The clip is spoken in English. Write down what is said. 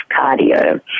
cardio